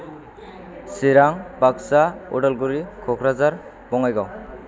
Chirang Baksa Udalguri Kokrajhar Bongaigaon